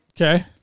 Okay